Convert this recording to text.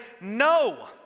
no